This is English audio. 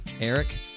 Eric